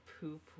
poop